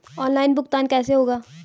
Online भुगतान कैसे होगा?